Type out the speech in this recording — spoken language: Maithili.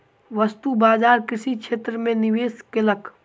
वस्तु बजार कृषि क्षेत्र में निवेश कयलक